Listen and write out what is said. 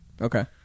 Okay